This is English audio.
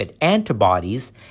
antibodies